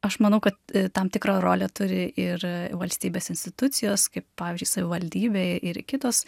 aš manau kad tam tikrą rolę turi ir valstybės institucijos kaip pavyzdžiui savivaldybė ir kitos